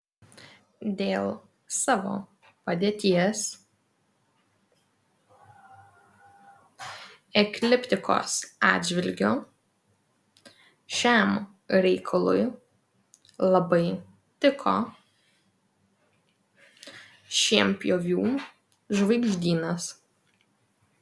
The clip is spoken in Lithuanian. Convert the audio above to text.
dėl savo padėties ekliptikos atžvilgiu šiam reikalui labai tiko šienpjovių žvaigždynas